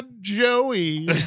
Joey